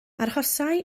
arhosai